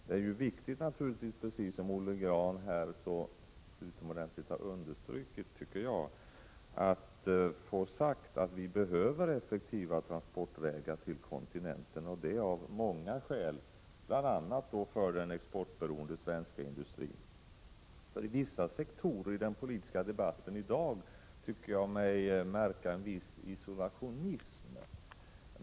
Det är naturligtvis viktigt, vilket Olle Grahn så utomordentligt har understrukit, att få sagt att vi behöver effektiva transportvägar till kontinenten — av många skäl, bl.a. för den exportberoende svenska industrin. Inom vissa sektorer av den politiska debatten i dag tycker jag mig märka en viss isolationism.